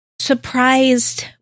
surprised